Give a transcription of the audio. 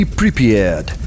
prepared